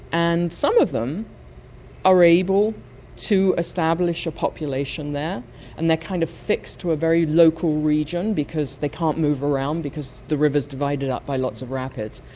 and some of them are able to establish a population there and they're kind of fixed to a very local region because they can't move around because the river is divided up by lots of rapids,